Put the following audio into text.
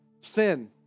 Sin